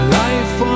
life